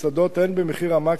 הן במחיר המקסימום